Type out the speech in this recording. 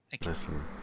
Listen